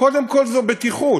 קודם כול, זו בטיחות,